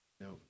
no